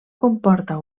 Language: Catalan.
comporta